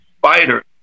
fighter